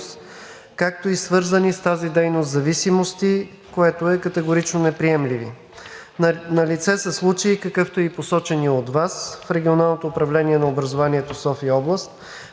както и свързани с тази дейност зависимости, което е категорично неприемливо. Налице са случаи, какъвто е и посоченият от Вас в Регионалното управление на образованието – София-област,